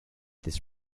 this